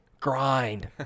grind